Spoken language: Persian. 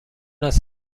است